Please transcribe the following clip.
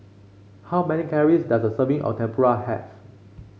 how many calories does a serving of Tempura have